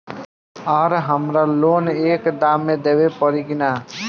आर हमारा लोन एक दा मे देवे परी किना?